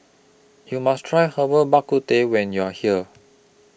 YOU must Try Herbal Bak Ku Teh when YOU Are here